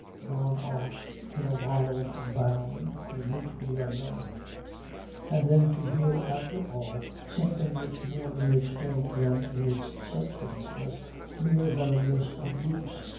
gone off in a wild bound to meet the unknown and then to hear after all something which more in its tone than in its substance was mere venomous abuse,